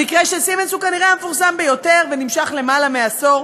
המקרה של "סימנס" הוא כנראה המפורסם ביותר ונמשך יותר מעשור,